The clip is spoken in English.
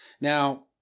Now